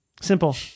Simple